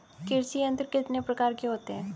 कृषि यंत्र कितने प्रकार के होते हैं?